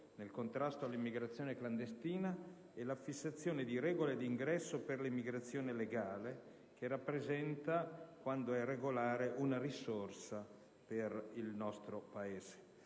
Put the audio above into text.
nel contrasto all'immigrazione clandestina e la fissazione di regole di ingresso per l'immigrazione legale, che rappresenta, quando è regolare, una risorsa per il nostro Paese.